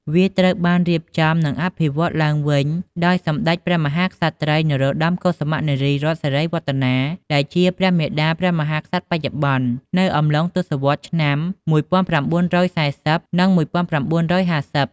វាត្រូវបានរៀបចំ និងអភិវឌ្ឍន៍ឡើងវិញដោយ សម្តេចព្រះមហាក្សត្រី នរោត្តម កុសុមៈ នារីរ័ត្ន សិរីវឌ្ឍនា ដែលជា ព្រះមាតាព្រះមហាក្សត្របច្ចុប្បន្ន នៅអំឡុងទសវត្សរ៍ឆ្នាំ ១៩៤០ និង ១៩៥០។